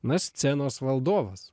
na scenos valdovas